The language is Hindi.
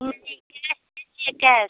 नहीं कैस दीजिए कैस